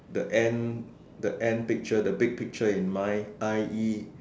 the end the end picture the big picture in mind I_E